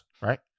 right